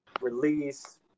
release